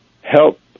help